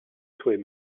souhait